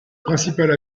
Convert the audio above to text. principale